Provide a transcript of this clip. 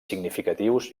significatius